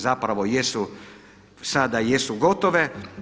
Zapravo jesu, sada jesu gotove.